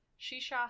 Shisha